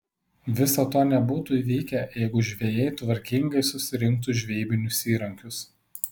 viso to nebūtų įvykę jeigu žvejai tvarkingai susirinktų žvejybinius įrankius